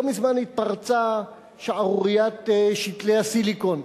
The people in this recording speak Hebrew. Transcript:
לא מזמן פרצה שערוריית שתלי הסיליקון,